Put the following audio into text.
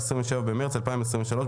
27 במרס 2023,